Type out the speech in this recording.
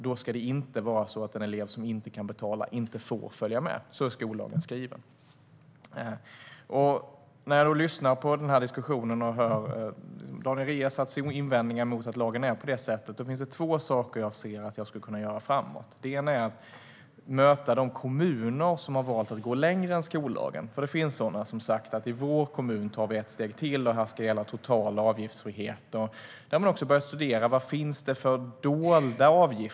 Då ska det inte vara så att en elev som inte kan betala inte får följa med. Så är skollagen skriven. Jag lyssnar på den här diskussionen och hör Daniel Riazats invändningar mot att lagen är på detta sätt. Det finns två saker som jag ser att jag skulle kunna göra framöver. Det ena är att möta de kommuner som har valt att gå längre än skollagen. Det finns nämligen sådana som har sagt: I vår kommun tar vi ett steg till, och här ska gälla total avgiftsfrihet. Där har man också börjat studera vad det finns för dolda avgifter.